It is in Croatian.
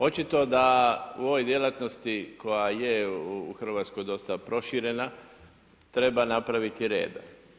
Očito da u ovoj djelatnosti koja je u Hrvatskoj dosta proširena treba napraviti reda.